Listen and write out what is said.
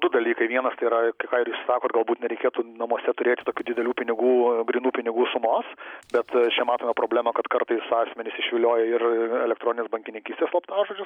du dalykai vienas tai yra tai ką ir jūs sakot galbūt nereikėtų namuose turėti tokių didelių pinigų grynų pinigų sumos bet čia matome problemą kad kartais asmenys išvilioja ir elektroninės bankininkystės slaptažodžius